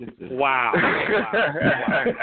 Wow